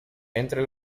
entre